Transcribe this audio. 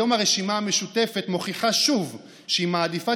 היום הרשימה המשותפת מוכיחה שוב שהיא מעדיפה